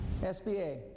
SBA